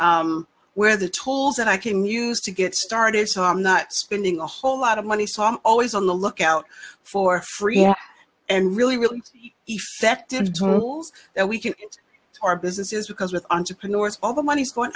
where the tools that i can use to get started so i'm not spending a whole lot of money song always on the lookout for free and really really effective tools that we can and our businesses because with entrepreneurs all the money's going